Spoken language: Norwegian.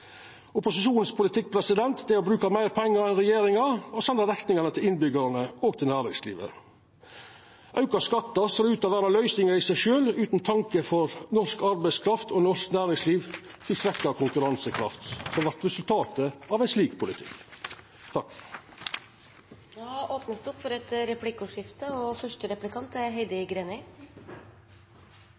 er å bruka meir pengar enn regjeringa og senda rekninga til innbyggjarane og til næringslivet. Auka skattar ser ut til å vera løysinga i seg sjølv – utan tanke for at norsk arbeidskraft og norsk næringsliv svekkjer konkurransekrafta si, som vert resultatet av ein slik politikk.